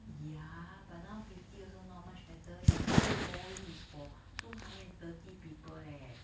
ya but now fifty also not much better his whole ballroom is for two hundred and thirty people leh